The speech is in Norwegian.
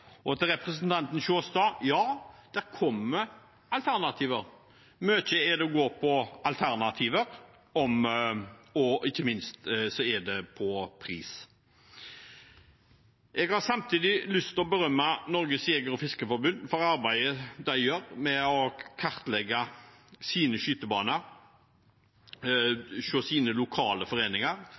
Og til representanten Sjåstad: Ja, det kommer alternativer. Det er mye å gå på når det gjelder alternativer, og ikke minst på pris. Jeg har samtidig lyst til å berømme Norges Jeger- og Fiskerforbund for arbeidet de gjør med å kartlegge skytebanene hos sine lokale foreninger,